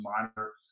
monitor